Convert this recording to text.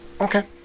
Okay